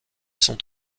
sont